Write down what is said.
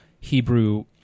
Hebrew